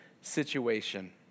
situation